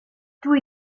dwi